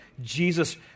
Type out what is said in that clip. Jesus